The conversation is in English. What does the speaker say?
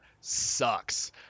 sucks